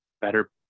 better